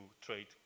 trade